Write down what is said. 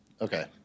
Okay